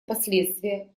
последствия